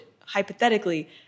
hypothetically